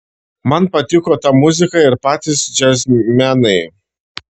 man patiko ta muzika ir patys džiazmenai